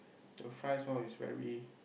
the fries all is very